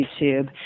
YouTube